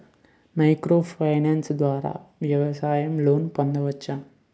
Micro finance ద్వారా వ్యవసాయ loan పొందవచ్చా?